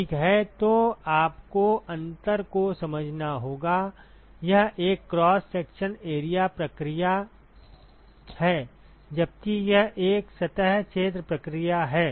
ठीक है तो आपको अंतर को समझना होगा यह एक क्रॉस सेक्शनल एरिया प्रक्रिया है जबकि यह एक सतह क्षेत्र प्रक्रिया है